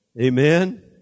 Amen